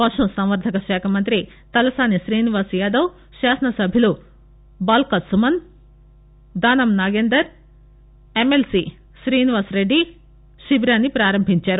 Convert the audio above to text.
పశు సంవర్దకశాఖ మంఁతి తలసాని శ్రీనివాస్యాదవ్ శాసన సభ్యుడు బాల్క సుమన్ దానం నాగేందర్ ఎమ్మెల్సీ శ్రీనివాస్రెడ్డి శిబిరాన్ని పారంభించారు